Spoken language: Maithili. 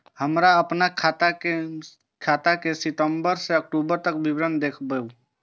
हमरा अपन खाता के सितम्बर से अक्टूबर के विवरण देखबु?